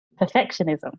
perfectionism